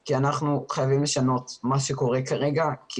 כי אנחנו חייבים לשנות את מה שקורה כרגע כי